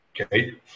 Okay